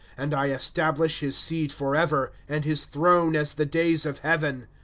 and i establish his seed forever, and his throne as the days of heaven.